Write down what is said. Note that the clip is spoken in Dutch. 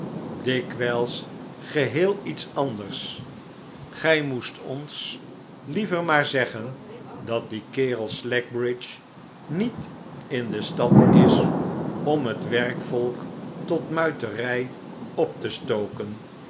dikwijls geheel iets anders gij moest ons liever maar zeggen dat die kerel slackbridge niet in de stad is om net werkvolk tot muiterij op te stoken